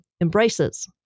embraces